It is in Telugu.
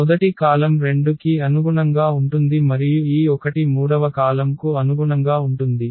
మొదటి కాలమ్ 2 కి అనుగుణంగా ఉంటుంది మరియు ఈ 1 మూడవ కాలమ్కు అనుగుణంగా ఉంటుంది